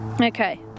Okay